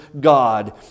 God